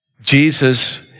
Jesus